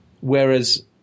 whereas